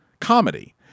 comedy